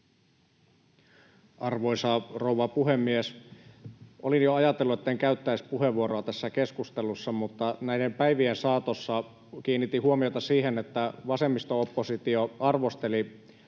Arvoisa rouva puhemies! Olin jo ajatellut, että en käyttäisi puheenvuoroa tässä keskustelussa, mutta näiden päivien saatossa kiinnitin huomiota siihen, että vasemmisto-oppositio arvosteli